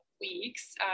weeks